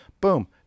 Boom